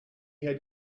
had